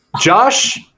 Josh